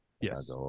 Yes